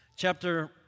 Chapter